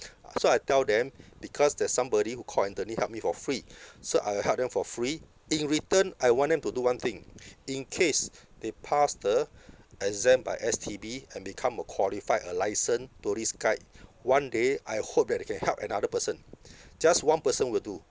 uh so I tell them because there's somebody who called anthony help me for free so I'll help them for free in return I want them to do one thing in case they pass the exam by S_T_B and become a qualified a licensed tourist guide one day I hope that they can help another person just one person will do